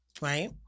Right